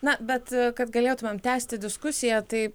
na bet kad galėtumėm tęsti diskusiją tai